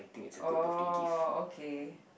oh okay